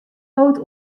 hold